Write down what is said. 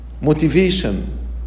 motivation